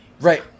Right